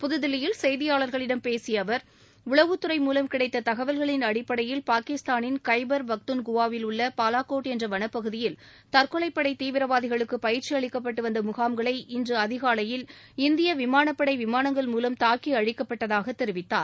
புதுதில்லியில் செய்தியாளர்களிடம் பேசிய அவர் உளவுத் துறை மூலம் கிடைத்தத் தகவல்களின் அடிப்படையில் பாகிஸ்தானின் கைபர் பக்துன்குவாவில் உள்ள பாவாகோட் என்ற வனப்பகுதியில் தற்கொலைப் படை தீவிரவாதிகளுக்கு பயிற்சி அளிக்கப்பட்டு வந்த முகாம்களை இன்று அதிகாவையில் இந்திய விமானப்படை விமானங்கள் மூலம் தாக்கி அழிக்கப்பட்டதாகத் தெரிவித்தார்